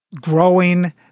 growing